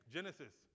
Genesis